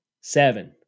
seven